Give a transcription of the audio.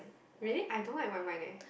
really I don't like white wine eh